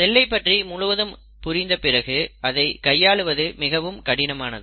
செல்லை பற்றி முழுவதும் புரிந்த பிறகு அதை கையாளுவது மிகவும் கடினமானது